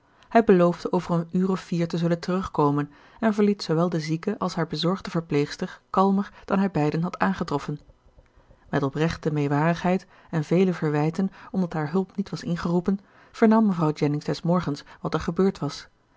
hij beloofde over een uur of vier te zullen terugkomen en verliet zoowel de zieke als haar bezorgde verpleegster kalmer dan hij beiden had aangetroffen met oprechte meewarigheid en vele verwijten omdat hare hulp niet was ingeroepen vernam mevrouw jennings des morgens wat er gebeurd was